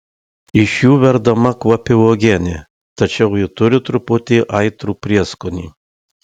iš jų verdama kvapi uogienė tačiau ji turi truputį aitrų prieskonį